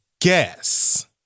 Guess